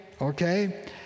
Okay